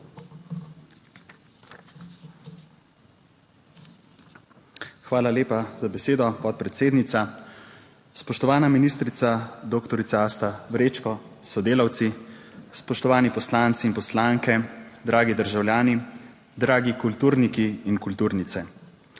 Hvala lepa za besedo, podpredsednica. Spoštovana ministrica, doktorica Asta Vrečko s sodelavci, spoštovani poslanci in poslanke, dragi državljani, dragi kulturniki in kulturnice!